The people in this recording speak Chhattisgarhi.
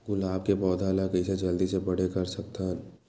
गुलाब के पौधा ल कइसे जल्दी से बड़े कर सकथन?